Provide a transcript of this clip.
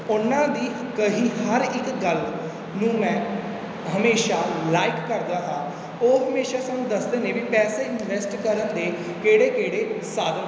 ਉਨ੍ਹਾਂ ਦੀ ਕਹੀ ਹਰ ਇੱਕ ਗੱਲ ਨੂੰ ਮੈਂ ਹਮੇਸ਼ਾ ਲਾਈਕ ਕਰਦਾ ਹਾਂ ਉਹ ਹਮੇਸ਼ਾ ਸਾਨੂੰ ਦੱਸਦੇ ਨੇ ਵੀ ਪੈਸੇ ਇਨਵੈਸਟ ਕਰਨ ਦੇ ਕਿਹੜੇ ਕਿਹੜੇ ਸਾਧਨ